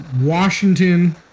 Washington